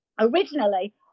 Originally